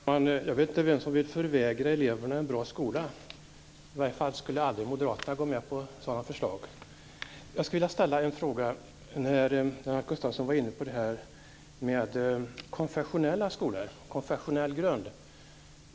Fru talman! Jag vet inte vem som vill förvägra eleverna en bra skola. I varje fall skulle aldrig moderaterna gå med på sådana förslag. Jag vill ställa en annan fråga. Lennart Gustavsson var inne på detta med konfessionella skolor och konfessionell grund.